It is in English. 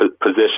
position